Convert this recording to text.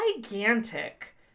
gigantic